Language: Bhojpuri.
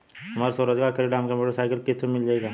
हम स्वरोजगार करीला हमके मोटर साईकिल किस्त पर मिल जाई का?